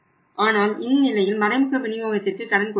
ஆனால் இந்நிலையில் மறைமுக விநியோகத்திற்கு கடன் கொடுக்க வேண்டும்